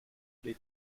les